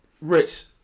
Rich